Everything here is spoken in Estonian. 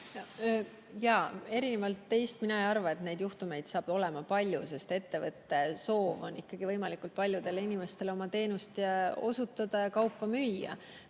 Erinevalt teist mina ei arva, et neid juhtumeid saab olema palju, sest ettevõtja soov on võimalikult paljudele inimestele oma teenust osutada ja kaupa müüa.